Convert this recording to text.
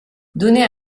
donnez